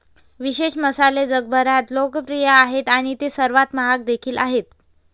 विशेष मसाले जगभरात लोकप्रिय आहेत आणि ते सर्वात महाग देखील आहेत